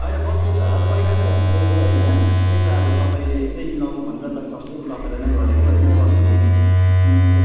हैन बस्नु त पैला पनि बसेकै हो हैन त्यही त अब तपाईँले त्यही मिलाउँछ भनेर त फस्ट टाइम तपाईँलाई गरेको हैन कल पनि अनि त